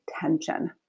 tension